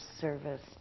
service